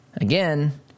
Again –